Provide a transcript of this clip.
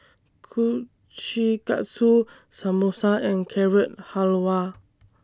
Kushikatsu Samosa and Carrot Halwa